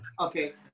okay